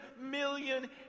million